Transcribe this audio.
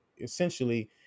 essentially